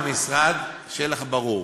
המשרד, שיהיה לך ברור,